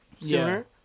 sooner